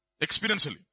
Experientially